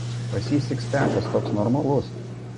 pas jį sikspekas toks normalus